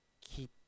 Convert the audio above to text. keep